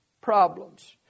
Problems